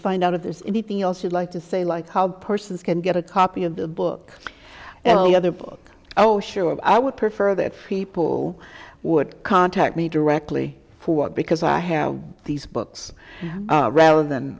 find out of there's anything else you'd like to say like how persons can get a copy of the book and the other book oh sure i would prefer that people would contact me directly for what because i have these books rather than